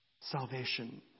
Salvation